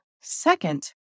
Second